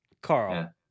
Carl